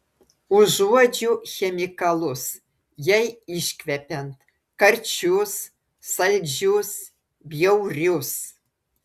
užuodžiu chemikalus jai iškvepiant karčius saldžius bjaurius